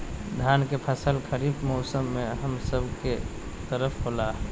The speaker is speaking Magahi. धान के फसल खरीफ मौसम में हम सब के तरफ होला